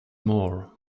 more